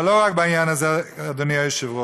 אבל לא רק בעניין הזה, אדוני היושב-ראש.